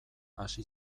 hasi